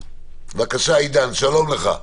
בבקשה, עידן, שלום לך.